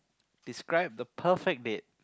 describe the perfect date